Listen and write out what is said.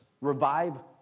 revive